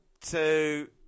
two